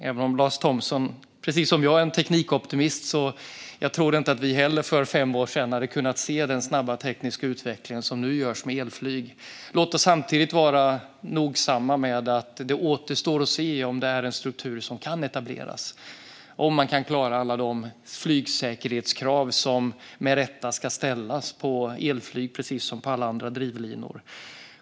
Även om Lars Thomsson liksom jag är teknikoptimist tror jag inte att vi för fem år sedan hade kunnat se den snabba tekniska utveckling som nu sker med elflyg. Låt oss samtidigt vara noga med att säga att det återstår att se om det är en struktur som kan etableras och om man kan klara alla de flygsäkerhetskrav som med rätta ska ställas på elflyg precis som på alla andra drivlinor.